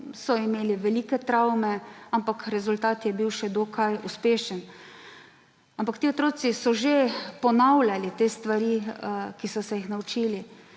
so imeli velike travme, ampak rezultat je bil še dokaj uspešen. Ampak ti otroci so že ponavljali te stvari, ki so se jih naučili.